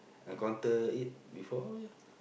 encounter it before